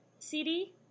CD